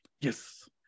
yes